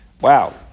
Wow